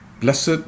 Blessed